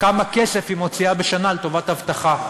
כמה כסף היא מוציאה בשנה לטובת אבטחה.